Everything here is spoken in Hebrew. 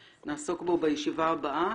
נעסוק בו בישיבה הבאה.